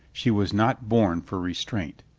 she was not born for restraint.